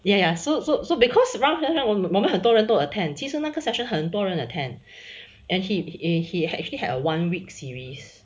ya ya so so so because round thats why 我们我们很多人都 attend 此时那个 session 很多人 attend and he he he actually had a one week series